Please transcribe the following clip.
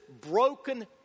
broken